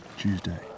Tuesday